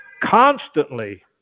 constantly